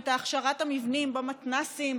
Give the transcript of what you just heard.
את הכשרת המבנים במתנ"סים,